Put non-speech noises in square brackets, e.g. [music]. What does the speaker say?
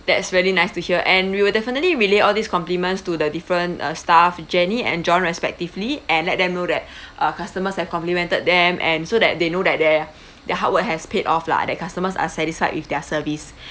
that's very nice to hear and we will definitely relay all these complements to the different uh staff jenny and john respectively and let them know that [breath] our customers have complimented them and so that they know that their their hard work has paid off lah that customers are satisfied with their service